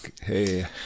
Hey